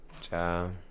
Ciao